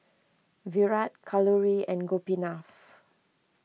Virat Kalluri and Gopinath